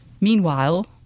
Meanwhile